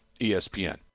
ESPN